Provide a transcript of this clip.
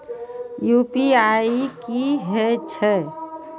UPI की हेछे?